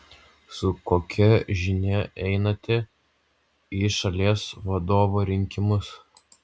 su kokia žinia einate į šalies vadovo rinkimus